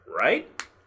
right